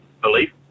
belief